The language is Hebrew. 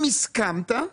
אם הסמכת,